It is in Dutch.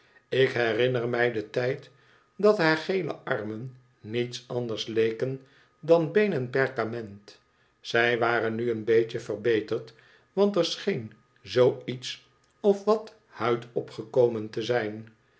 ik herinner mij den tijd dat haar gele armen niets anders leken dan been en perkament zij waren nu een beetje verbeterd want er scheen zoo iets of wat huid op gekomen te zijn